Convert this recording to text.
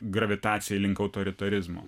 gravitacijai link autoritarizmo